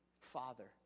Father